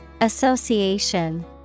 Association